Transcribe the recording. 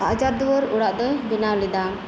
ᱦᱟᱡᱟᱨ ᱫᱩᱣᱟᱹᱨ ᱚᱲᱟᱜ ᱫᱚᱭ ᱵᱮᱱᱟᱣ ᱞᱮᱫᱟ